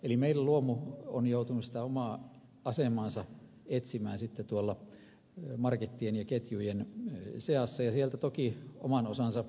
eli meillä luomu on joutunut sitä omaa asemaansa etsimään sitten tuolla markettien ja ketjujen seassa ja sieltä toki oman osansa löytänyt